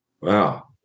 wow